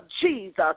Jesus